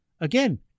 Again